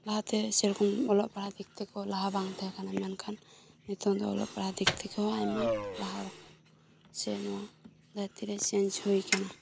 ᱞᱟᱦᱟᱛᱮ ᱥᱮᱨᱚᱠᱚᱢ ᱚᱞᱚᱜ ᱯᱟᱲᱦᱟᱜ ᱫᱤᱠ ᱛᱷᱮᱠᱮ ᱞᱟᱦᱟ ᱵᱟᱝ ᱛᱟᱦᱮᱸ ᱠᱟᱱᱟ ᱢᱮᱱᱠᱷᱟᱱ ᱱᱤᱛᱳᱝ ᱫᱚ ᱚᱞᱚᱜ ᱯᱟᱲᱦᱟᱜ ᱫᱤᱠ ᱛᱷᱮᱠᱮ ᱦᱚᱸ ᱟᱭᱢᱟ ᱞᱟᱦᱟ ᱟᱠᱟᱱᱟ ᱥᱮ ᱱᱚᱶᱟ ᱫᱷᱟᱹᱨᱛᱤ ᱨᱮ ᱪᱮᱸᱡᱽ ᱦᱩᱭ ᱟᱠᱟᱱᱟ